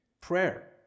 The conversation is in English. prayer